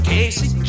Casey